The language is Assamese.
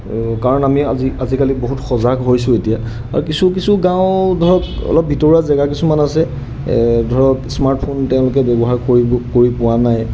কাৰণ আমি আজি আজিকালি বহুত সজাগ হৈছোঁ এতিয়া আৰু কিছু কিছু গাঁও ধৰক অলপ ভিতৰুৱা জেগা কিছুমান আছে ধৰক স্মাৰ্টফোন তেওঁলোকে ব্যৱহাৰ কৰিব কৰি পোৱা নাই